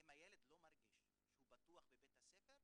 אם הילד לא מרגיש שהוא בטוח בבית הספר,